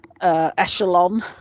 echelon